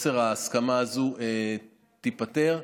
ההסכמה הזה ייפתר.